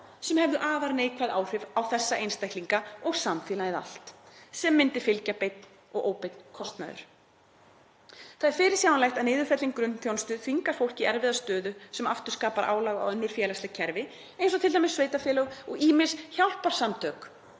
sem hefði afar neikvæð áhrif á þessa einstaklinga og samfélagið allt; sem myndi fylgja ýmis beinn og óbeinn kostnaður við að bregðast við. […] Það er fyrirsjáanlegt að niðurfelling grunnþjónustu þvingar fólk í erfiða stöðu sem aftur skapar álag á önnur félagsleg kerfi eins og til dæmis sveitarfélög og ýmis hjálparsamtök,